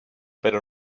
pero